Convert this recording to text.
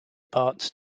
parts